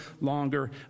longer